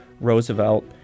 Roosevelt